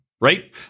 right